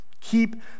Keep